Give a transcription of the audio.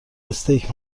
استیک